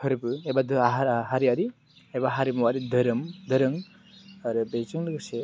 फोरबो एबा हारियारि एबा हारिमुवारि धोरोम दोरों आरो बेजों लोगोसे